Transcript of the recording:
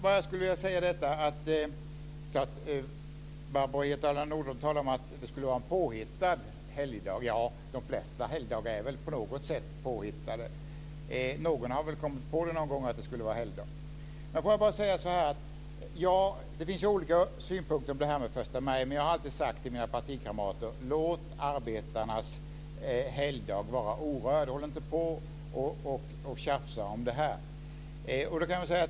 Barbro Hietala Nordlund säger att det skulle vara en påhittad helgdag. Ja, de flesta helgdagar är väl på något sätt påhittade. Någon har någon gång kommit på att en viss dag skulle vara en helgdag. Det finns olika synpunkter på förstamaj, men jag har alltid sagt till mina partikamrater: Låt arbetarnas helgdag vara orörd, och håll inte på och tjafsa om det.